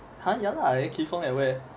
!huh! ya lah then kee fong at where